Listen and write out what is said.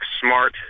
smart